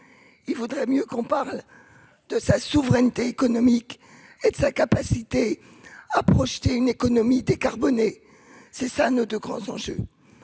vaudrait débattre de sa souveraineté économique et de sa capacité à projeter une économie décarbonée. Voilà nos deux grands enjeux.